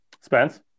Spence